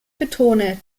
betone